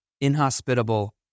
inhospitable